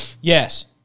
Yes